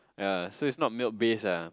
yea so it's not milk beats ah